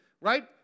Right